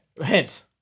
Hint